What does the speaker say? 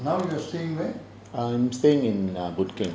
now you are staying where